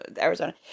Arizona